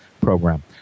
program